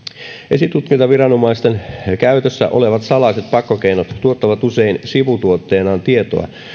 esitutkintaviranomaisten käytössä olevat salaiset pakkokeinot tuottavat usein sivutuotteenaan tietoa